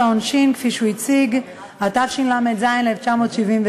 כפי שהוא הציג, את חוק העונשין, התשל"ז 1977,